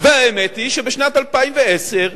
והאמת היא שבשנת 2010,